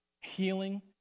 healing